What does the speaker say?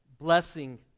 blessing